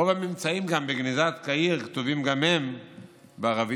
רוב הממצאים בגניזת קהיר כתובים גם הם בערבית-יהודית,